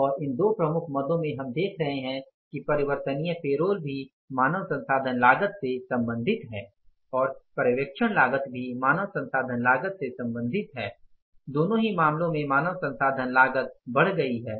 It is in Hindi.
और इन दो प्रमुखों मदों में हम देख रहे हैं कि परिवर्तनीय पेरोल भी मानव संसाधन लागत से संबंधित हैं और पर्यवेक्षण लागत भी मानव संसाधन लागत से संबंधित हैं दोनों ही मामलों में मानव संसाधन लागत बढ़ गई है